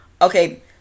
Okay